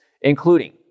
including